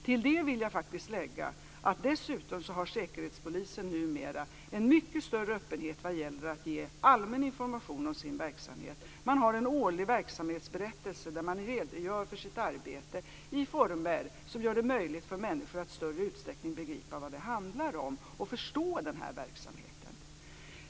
Till det vill jag lägga att Säkerhetspolisen numera har en mycket större öppenhet vad gäller att ge allmän information om sin verksamhet. Man har en årlig verksamhetsberättelse där man redogör för sitt arbete i former som gör det möjligt för människor att i större utsträckning begripa vad det handlar om och förstå den här verksamheten.